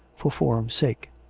for form's sake.